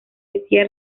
decía